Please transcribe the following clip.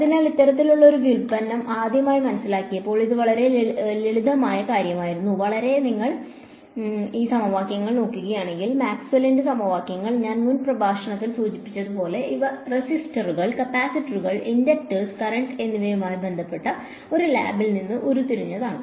അതിനാൽ ഇത്തരത്തിലുള്ള ഒരു വ്യുൽപ്പന്നം ആദ്യമായി മനസ്സിലാക്കിയപ്പോൾ ഇത് വളരെ വലിയ കാര്യമായിരുന്നു കാരണം നിങ്ങൾ ഈ സമവാക്യങ്ങൾ നോക്കുകയാണെങ്കിൽ മാക്സ്വെല്ലിന്റെ സമവാക്യങ്ങൾ ഞാൻ മുൻ പ്രഭാഷണത്തിൽ സൂചിപ്പിച്ചതുപോലെ ഇവ റെസിസ്റ്ററുകൾ കപ്പാസിറ്ററുകൾ ഇൻഡക്ടൻസ് കറന്റ് എന്നിവയുമായി ബന്ധപ്പെട്ട ഒരു ലാബിൽ നിന്ന് ഉരുത്തിരിഞ്ഞതാണ്